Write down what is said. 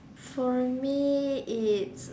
for me it's